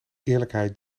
eerlijkheid